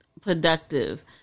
productive